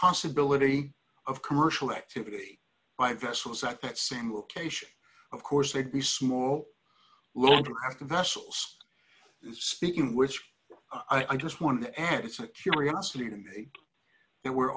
possibility of commercial activity by vessels at that same location of course they'd be small look at the vessels speaking which i just want to add it's a curiosity to me that we're